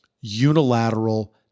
unilateral